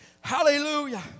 Hallelujah